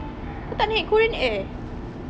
kau tak naik korean air